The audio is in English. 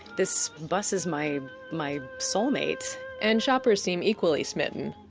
this bus is my my soulmate and shoppers seem equally smitten.